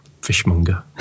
fishmonger